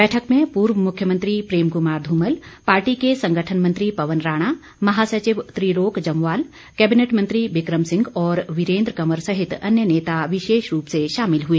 बैठक में पूर्व मुख्यमंत्री प्रेम कुमार ध्रमल पार्टी के संगठन मंत्री पवन राणा महासचिव त्रिलोक जमवाल कैबिनेट मंत्री बिक्रम सिंह और वीरेंद्र कंवर सहित अन्य नेता विशेष रूप से शामिल हुए